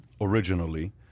originally